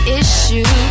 issue